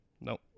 Nope